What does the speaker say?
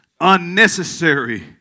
unnecessary